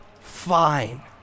fine